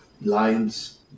lines